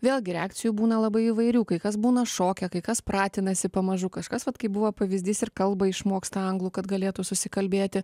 vėlgi reakcijų būna labai įvairių kai kas būna šoke kai kas pratinasi pamažu kažkas vat kaip buvo pavyzdys ir kalbą išmoksta anglų kad galėtų susikalbėti